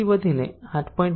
1 થી વધીને 8